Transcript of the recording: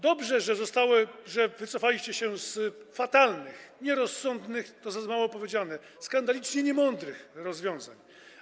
Dobrze, że wycofaliście się z fatalnych, nierozsądnych - to za mało powiedziane - skandalicznie niemądrych rozwiązań.